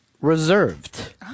reserved